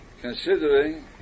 considering